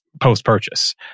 post-purchase